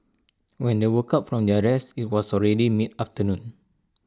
when they woke up from their rest IT was already mid afternoon